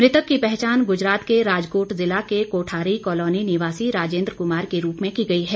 मृतक की पहचान गुजरात के राजकोट जिला के कोठारी कलोनी निवासी राजेंद्र कुमार के रूप में की गई है